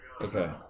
Okay